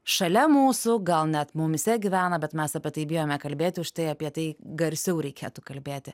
šalia mūsų gal net mumyse gyvena bet mes apie tai bijome kalbėti užtai apie tai garsiau reikėtų kalbėti